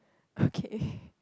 okay